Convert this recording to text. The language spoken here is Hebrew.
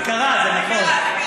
זה קרה, זה נכון.